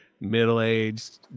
middle-aged